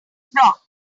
blocked